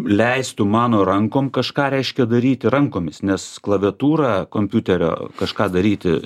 leistų mano rankom kažką reiškia daryti rankomis nes klaviatūra kompiuterio kažką daryti